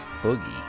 Boogie